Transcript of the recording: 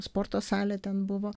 sporto salė ten buvo